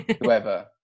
whoever